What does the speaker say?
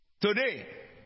today